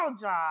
job